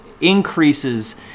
increases